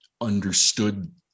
understood